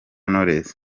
knowless